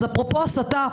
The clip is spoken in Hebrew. אז אפרופו הסתה,